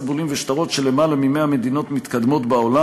בולים ושטרות של למעלה מ-100 מדינות מתקדמות בעולם.